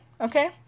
Okay